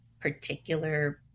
particular